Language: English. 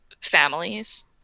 families